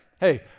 hey